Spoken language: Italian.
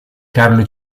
carlo